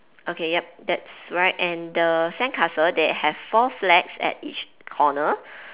okay yup that's right and the sandcastle they have four flags at each corner